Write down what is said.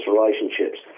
relationships